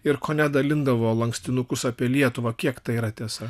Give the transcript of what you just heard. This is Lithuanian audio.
ir kone dalindavo lankstinukus apie lietuvą kiek tai yra tiesa